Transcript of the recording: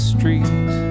Street